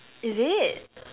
is it